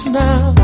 now